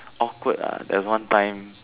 awkward ah there was one time